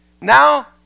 now